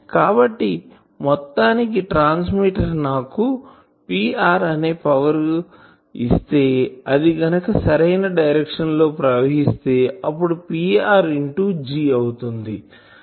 కాబట్టి మొత్తానికి ట్రాన్స్మిటర్ నాకు Pr అనే పవర్ ఇస్తే అది గనుక సరైన డైరెక్షన్ లో ప్రవహిస్తే అప్పుడు Pr ఇంటూ G అవుతుంది